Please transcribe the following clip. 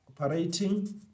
operating